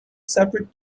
separate